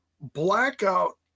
blackout